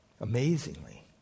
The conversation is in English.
amazingly